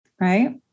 Right